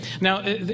Now